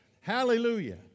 Hallelujah